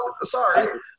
sorry